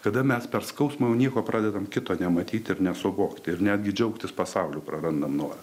kada mes per skausmą nieko pradedam kito nematyti ir nesuvokti ir netgi džiaugtis pasauliu prarandam norą